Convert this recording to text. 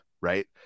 right